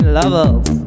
levels